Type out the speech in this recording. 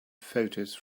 photos